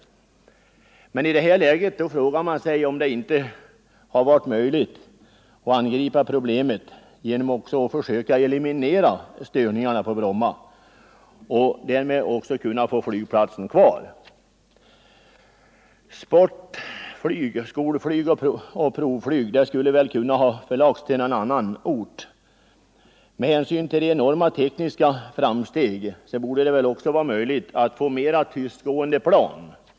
Men man frågar sig om det i detta läge inte hade varit möjligt att angripa problemet genom att försöka eliminera bullerstörningarna från Bromma och på så sätt behålla flygplatsen. Sportflyg, skolflyg och provflyg skulle väl ha kunnat förläggas till någon annan ort. Med hänsyn till de enorma tekniska framstegen borde det också vara möjligt att få fram mer tystgående plan.